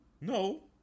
No